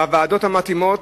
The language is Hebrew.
בוועדות המתאימות.